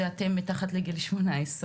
אלה אתם שמתחת לגיל 18,